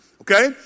Okay